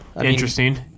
interesting